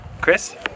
Chris